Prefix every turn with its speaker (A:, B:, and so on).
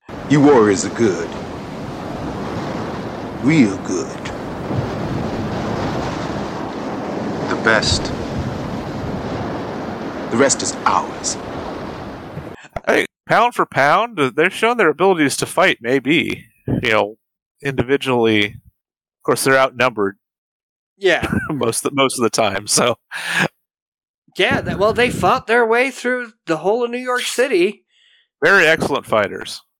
A: You warriors are good. Real good. The best. The rest is ours.
B: Hey, pound for pound, uh, they're showing their abilities to fight, maybe. You know, individually. Of course, they're outnumbered.
C: Yeah.
B: Most of the- most of the time, so,
C: Yeah, that- well, they fought their way through the whole of New York City.
B: Very excellent fighters.